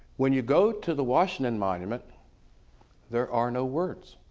when you go to the washington monument there are no words